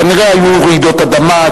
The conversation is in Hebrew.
כנראה היו רעידות אדמה,